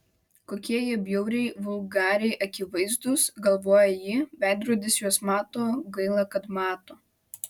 kokie jie bjauriai vulgariai akivaizdūs galvoja ji veidrodis juos mato gaila kad mato